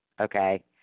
Okay